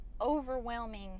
overwhelming